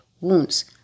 wounds